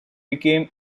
became